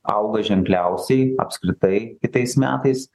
auga ženkliausiai apskritai kitais metais